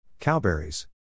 Cowberries